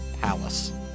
Palace